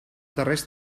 darrers